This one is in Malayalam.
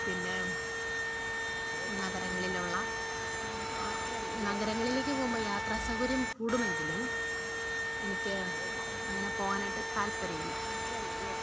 പിന്നെ നഗരങ്ങളിലുള്ള നഗരങ്ങളിലേക്ക് പോകുമ്പം യാത്ര സൗകര്യം കൂടുമെങ്കിലും എനിക്ക് അങ്ങനെ പോകാനായിട്ട് താൽപ്പര്യമില്ല